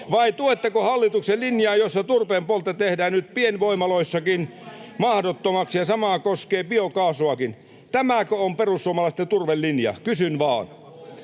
Vai tuetteko hallituksen linjaa, jossa turpeen poltto tehdään nyt pienvoimaloissakin mahdottomaksi, ja sama koskee biokaasuakin? Tämäkö on perussuomalaisten turvelinja? Kysyn vaan.